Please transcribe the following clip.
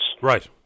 Right